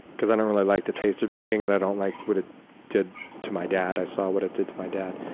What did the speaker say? because i don't really like the taste of drinking, and i don't like what it did to my dad. i saw what it did to my dad.